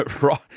Right